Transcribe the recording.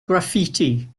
graffiti